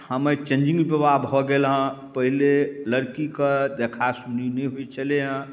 ठामै changing बिवाह भऽ गेलहँ पहिले लड़कीके देखासुनी नहि होइ छलै हँ